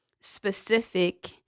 specific